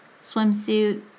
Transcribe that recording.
swimsuit